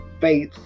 faith